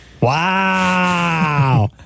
Wow